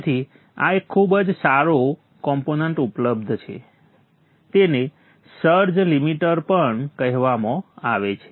તેથી આ એક ખૂબ જ સારો કોમ્પોનન્ટ ઉપલબ્ધ છે તેને સર્જ લિમિટર પણ કહેવામાં આવે છે